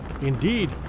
indeed